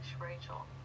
Rachel